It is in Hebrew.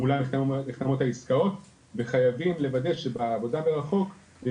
מולם נחתמות העסקאות וחייבים לוודא שבעבודה מרחוק אפשר